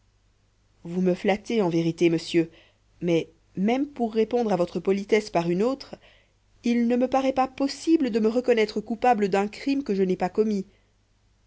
vous me flattez en vérité monsieur mais même pour répondre à votre politesse par une autre il ne me paraît pas possible de me reconnaître coupable d'un crime que je n'ai pas commis